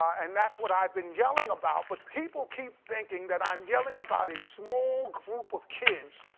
and that's what i have been yelling about. but people keep thinking that i am yelling about a small group of kids